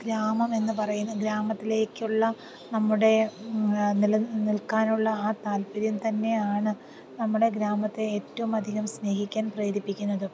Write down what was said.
ഗ്രാമമെന്ന് പറയുന്ന ഗ്രാമത്തിലേക്കുള്ള നമ്മുടെ നില നിൽക്കാനുള്ള ആ താൽപര്യം തന്നെയാണ് നമ്മുടെ ഗ്രാമത്തെ ഏറ്റവും അധികം സ്നേഹിക്കാൻ പ്രേരിപ്പിക്കുന്നത്